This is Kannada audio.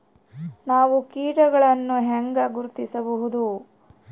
ನಾವು ಕೇಟಗಳನ್ನು ಹೆಂಗ ಗುರ್ತಿಸಬಹುದು?